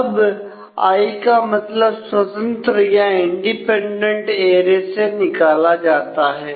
अब आई का मतलब स्वतंत्र या इंडिपेंडेंट से निकाला जाता है